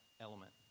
element